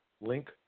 link